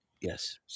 Yes